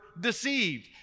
deceived